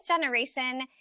generation